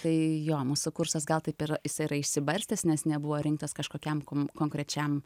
tai jo mūsų kursas gal taip yra jis yra išsibarstęs nes nebuvo rinktas kažkokiam kom konkrečiam